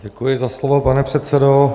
Děkuji za slovo, pane předsedo.